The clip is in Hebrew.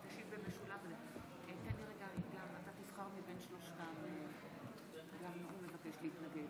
אני מרגישה זכות גדולה להיות כאן עכשיו ולהשיב בשמי ובשם שר המשפטים